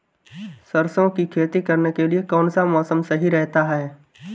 सरसों की खेती करने के लिए कौनसा मौसम सही रहता है?